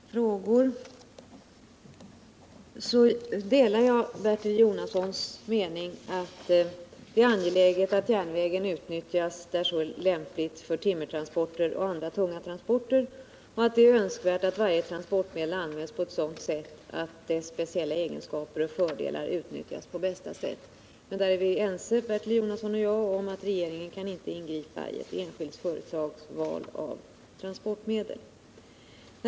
Herr talman! Jag börjar med Bertil Jonassons frågor. Jag delar Bertil Jonassons mening att det är angeläget att järnvägen där så är lämpligt utnyttjas för timmertransporter och andra tunga transporter och att det är önskvärt att varje transportmedel används på ett sådant sätt att dess speciella egenskaper och fördelar utnyttjas på bästa sätt. Men Bertil Jonasson och jag är också ense om att regeringen inte kan ingripa i ett enskilt företags val av transportmedel.